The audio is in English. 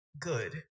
good